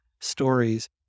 stories